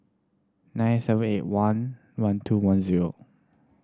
nine seven eight one one two one zero